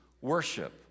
worship